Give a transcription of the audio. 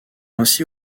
ainsi